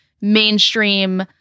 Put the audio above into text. mainstream